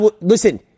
Listen